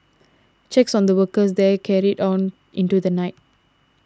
checks on the workers there carried on into the night